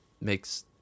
makes